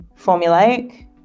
formulaic